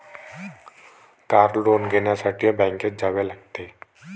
car loan घेण्यासाठी बँकेत जावे लागते